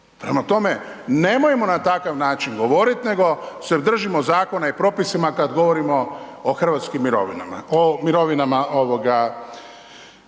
Prema tome, nemojmo na takav način se govoriti nego se držimo zakona i propisa kada govorimo o mirovinama